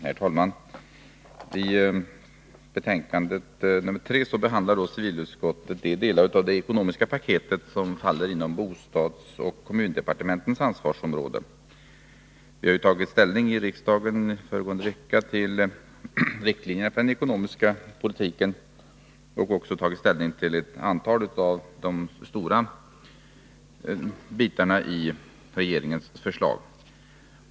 Herr talman! I betänkandet nr 3 behandlar civilutskottet de delar av det ekonomiska paketet som faller inom bostadsoch kommundepartementens ansvarsområden. Vi har ju i riksdagen föregående vecka tagit ställning till riktlinjerna för den ekonomiska politiken och till ett antal av de stora bitarna i regeringens förslag.